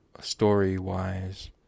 story-wise